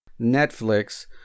Netflix